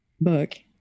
book